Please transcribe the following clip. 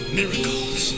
miracles